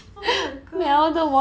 oh my gosh